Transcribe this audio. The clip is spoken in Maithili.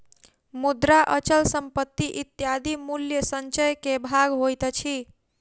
मुद्रा, अचल संपत्ति इत्यादि मूल्य संचय के भाग होइत अछि